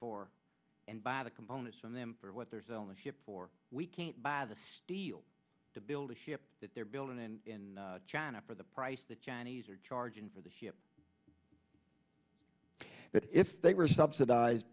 for and buy the components from them for what they're selling the ship for we can't buy the steel to build a ship that they're building in china for the price the chinese are charging for the ship if they were subsidized